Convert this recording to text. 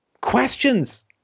questions